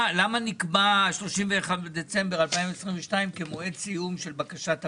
נקבע 31 בדצמבר 2022 כמועד סיום של בקשת המקדמה?